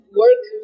work